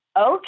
okay